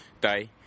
day